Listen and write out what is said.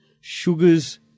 sugars